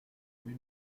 oui